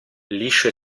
liscio